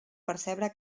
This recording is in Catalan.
percebre